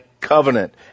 covenant